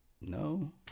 no